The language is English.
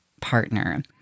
partner